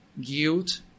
guilt